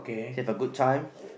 he have a good time